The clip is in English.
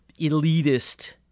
elitist